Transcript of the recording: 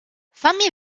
fammi